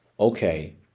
Okay